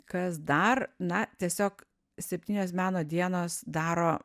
kas dar na tiesiog septynios meno dienos daro